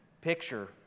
picture